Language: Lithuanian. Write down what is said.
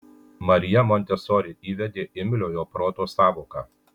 marija montesori įvedė imliojo proto sąvoką